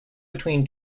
between